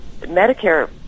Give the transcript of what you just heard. Medicare